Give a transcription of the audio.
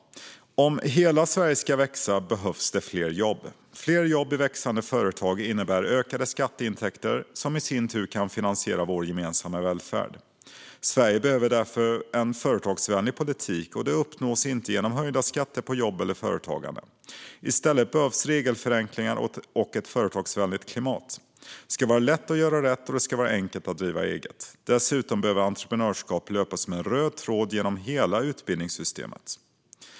Om hela Sverige ska växa behövs fler jobb. Fler jobb i växande företag innebär ökade skatteintäkter, som i sin tur kan finansiera vår gemensamma välfärd. Sverige behöver därför en företagsvänlig politik, och det uppnås inte genom höjda skatter på jobb och företagande. I stället behövs regelförenklingar och ett företagsvänligt klimat. Det ska vara lätt att göra rätt, och det ska vara enkelt att driva eget. Dessutom behöver entreprenörskap löpa som en röd tråd genom hela utbildningssystemet.